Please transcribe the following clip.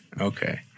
Okay